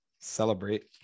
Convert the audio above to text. celebrate